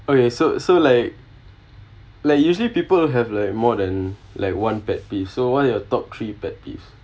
okay so so like like usually people have like more than like one pet peeve so what are your top three pet peeves